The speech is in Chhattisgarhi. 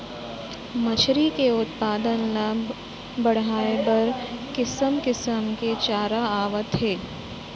मछरी के उत्पादन ल बड़हाए बर किसम किसम के चारा आवत हे